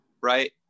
right